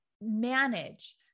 manage